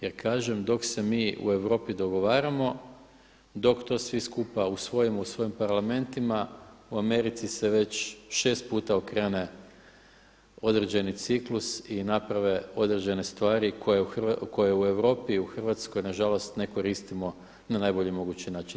Jer kažem dok se mi u Europi dogovaramo, dok to svi skupa usvojimo u svojim Parlamentima u Americi se već 6 puta okrene određeni ciklus i naprave određene stvari koje u Europi, u Hrvatskoj na žalost ne koristimo na najbolji mogući način.